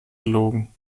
gelogen